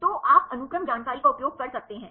तो आप अनुक्रम जानकारी का उपयोग कर सकते हैं